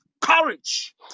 Courage